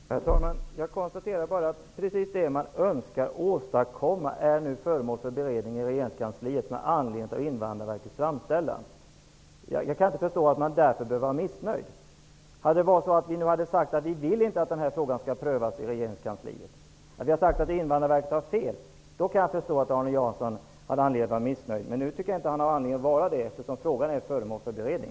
Herr talman! Jag konstaterar bara att precis det som man önskar åstadkomma nu är föremål för beredning i regeringskansliet i anledning av Invandrarverkets framställan. Jag kan inte förstå varför man skall behöva vara missnöjd. Om vi hade sagt att vi inte vill att frågan skall prövas i regeringskansliet, att Invandrarverket har fel, då skulle Arne Jansson ha haft anledning att vara missnöjd. Men nu tycker jag inte att han har någon anledning att vara det, eftersom frågan är föremål för beredning.